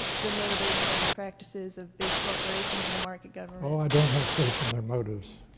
the motives and practices of big corporations in a market government. well, i don't have faith in their motives.